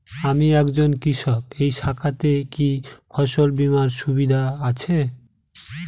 আমি একজন কৃষক এই শাখাতে কি ফসল বীমার সুবিধা আছে?